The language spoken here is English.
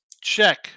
Check